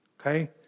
okay